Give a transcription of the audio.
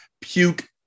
puke